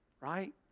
Right